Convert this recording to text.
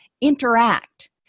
interact